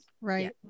right